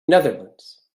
netherlands